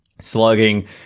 slugging